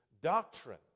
doctrine